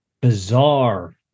bizarre